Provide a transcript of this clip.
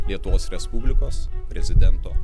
lietuvos respublikos prezidento